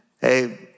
hey